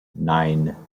nine